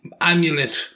amulet